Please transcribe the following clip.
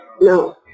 No